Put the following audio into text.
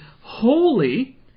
holy